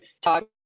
talk